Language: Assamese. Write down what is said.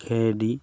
খেৰ দি